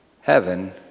Heaven